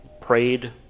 prayed